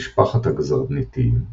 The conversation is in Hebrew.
במשפחת הגזרניתיים,